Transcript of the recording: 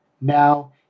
now